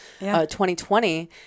2020